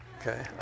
Okay